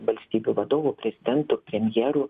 valstybių vadovų prezidentų premjerų